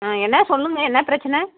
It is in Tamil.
ம் என்ன சொல்லுங்கள் என்ன பிரச்சனை